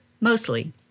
Mostly